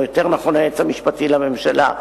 או יותר נכון היועץ המשפטי לממשלה.